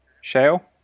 Shale